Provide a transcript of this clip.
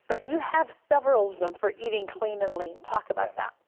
but you have several of them for eating clean and lean. talk about that.